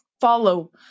follow